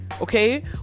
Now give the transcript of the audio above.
okay